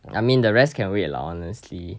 I mean the rest can wait lah honestly